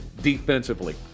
defensively